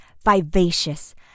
vivacious